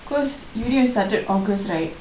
cause uni only started august right